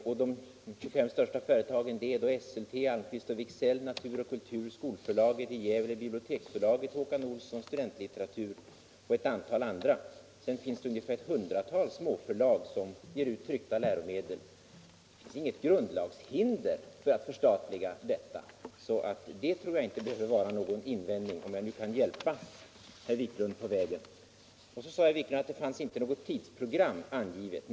Till de största företagen räknas då Esselte, Almqvist & Wiksell, Natur 0. Kultur, Skolförlaget Gävle, Biblioteksförlaget, Håkan Olsson, Studentlitteratur och ett antal andra. Sedan finns det ungefär ett 100-tal småförlag som ger ut tryckta läromedel. Jag tror således inte att det finns något grundlagshinder för ett förstatligande av läromedelsproduktionen, om jag med detta kan hjälpa herr Wiklund på vägen. Herr Wiklund sade också att det inte fanns något tidsprogram angivet i partikongressens beslut.